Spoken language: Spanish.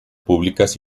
públicas